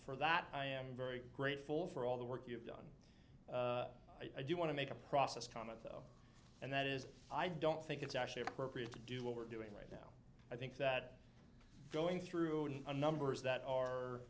for that i am very grateful for all the work you've done i do want to make a process comment and that is i don't think it's actually appropriate to do what we're doing right now i think that going through a numbers that are